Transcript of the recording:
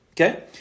Okay